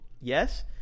Yes